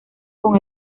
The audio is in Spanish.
con